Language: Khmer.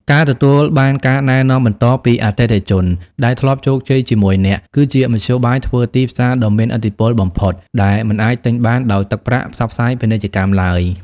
ការទទួលបានការណែនាំបន្តពីអតិថិជនដែលធ្លាប់ជោគជ័យជាមួយអ្នក គឺជាមធ្យោបាយធ្វើទីផ្សារដ៏មានឥទ្ធិពលបំផុត ដែលមិនអាចទិញបានដោយទឹកប្រាក់ផ្សព្វផ្សាយពាណិជ្ជកម្មឡើយ។